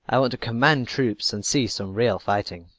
i want to command troops and see some real fighting.